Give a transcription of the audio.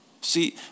See